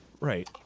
Right